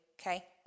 okay